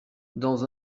dans